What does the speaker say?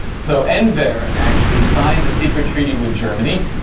so, enver actually signs a secret treaty with germany.